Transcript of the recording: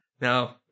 No